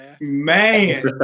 man